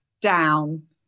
down